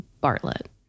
Bartlett